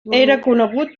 conegut